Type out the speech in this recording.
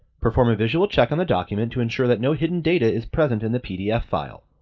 perform a visual check on the document to ensure that no hidden data is present in the pdf file.